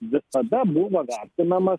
visada buvo vertinamas